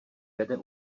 vede